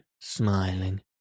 smiling